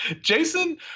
Jason